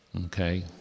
okay